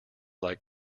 like